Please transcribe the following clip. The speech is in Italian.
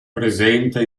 presenta